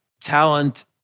talent